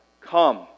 come